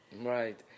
right